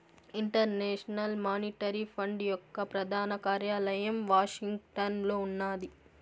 international Monetary Fund యొక్క ప్రధాన కార్యాలయం వాషింగ్టన్లో ఉన్నాది